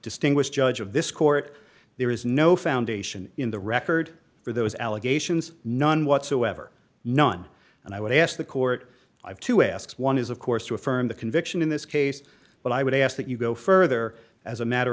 distinguished judge of this court there is no foundation in the record for those allegations none whatsoever none and i would ask the court i have to ask one is of course to affirm the conviction in this case but i would ask that you go further as a matter